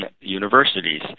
universities